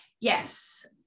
Yes